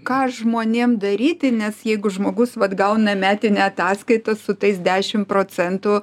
ką žmonėm daryti nes jeigu žmogus vat gauna metinę ataskaitą su tais dešim procentų